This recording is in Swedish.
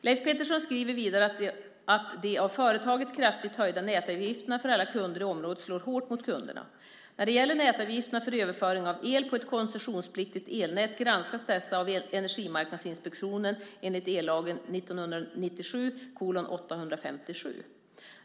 Leif Pettersson skriver vidare att de av företaget kraftigt höjda nätavgifterna för alla kunder i området slår hårt mot kunderna. När det gäller nätavgifterna för överföring av el på ett koncessionspliktigt elnät granskas dessa av Energimarknadsinspektionen enligt ellagen 1997:857.